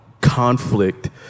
conflict